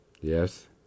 Yes